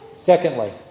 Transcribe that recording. Secondly